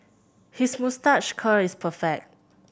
his moustache curl is perfect